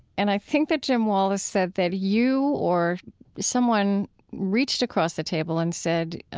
and i think that jim wallis said that you or someone reached across the table and said,